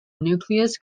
nucleus